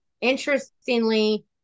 interestingly